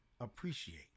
appreciate